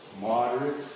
Moderate